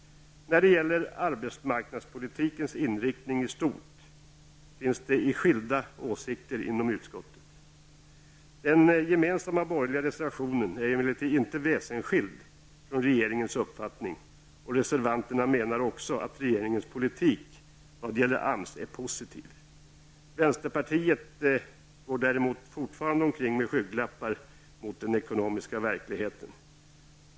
När det gäller arbetsmarknadspolitikens inriktning i stort finns det skilda åsikter inom utskottet. Den gemensamma borgerliga reservationen är emellertid inte väsenskild från regeringens uppfattning, och reservanterna menar också att regeringens politik vad gäller AMS är positiv. Vänsterpartiet däremot går fortfarande omkring med skygglappar när det gäller den ekonomiska verkligheten.